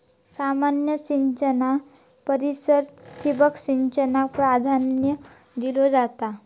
सामान्य सिंचना परिस ठिबक सिंचनाक प्राधान्य दिलो जाता